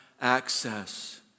access